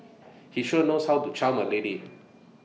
he sure knows how to charm A lady